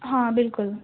ہاں بالکل